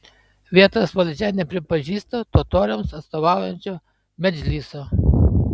vietos valdžia nepripažįsta totoriams atstovaujančio medžliso